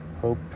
hope